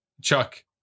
Chuck